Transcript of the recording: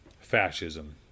fascism